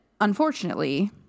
unfortunately